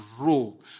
rule